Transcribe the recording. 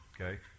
Okay